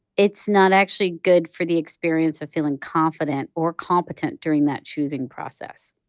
it's not actually good for the experience of feeling confident or competent during that choosing process